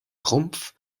rumpf